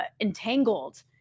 entangled